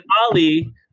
Ali